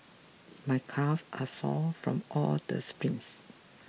my calves are sore from all the sprints